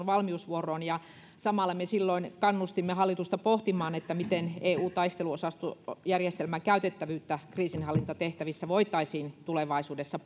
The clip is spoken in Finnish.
valmiusvuoroon samalla me silloin kannustimme hallitusta pohtimaan miten eun taisteluosastojärjestelmän käytettävyyttä kriisinhallintatehtävissä voitaisiin tulevaisuudessa